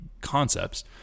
concepts